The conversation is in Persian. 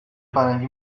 فرنگی